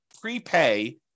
prepay